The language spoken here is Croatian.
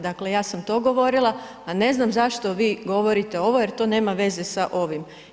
Dakle ja sam to govorila, a ne znam zašto vi govorite ovo jer to nema veze sa ovim.